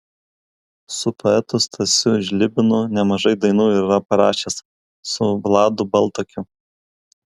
su poetu stasiu žlibinu nemažai dainų yra parašęs su vladu baltakiu